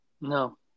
no